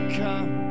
come